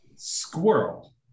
squirrel